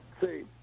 See